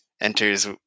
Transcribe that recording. enters